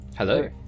Hello